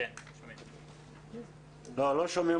אנחנו בעד התלמידים ואנחנו רוצים לעזור לך רויטל אבל את לא שמה לב.